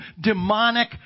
demonic